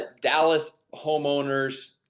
dallas homeowners